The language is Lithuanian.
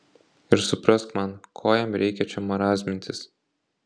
ir suprask man ko jam reikia čia marazmintis